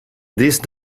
these